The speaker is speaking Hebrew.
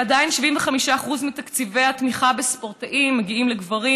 ועדיין 75% מתקציבי התמיכה בספורטאים מגיעים לגברים.